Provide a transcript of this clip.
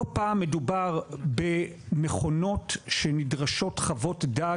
לא פעם מדובר במכונות שנדרשות בחוות דעת